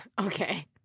okay